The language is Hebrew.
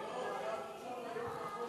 ומה יקרה אם זה יקרה?